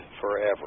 forever